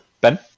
Ben